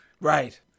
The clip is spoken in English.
Right